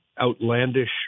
Outlandish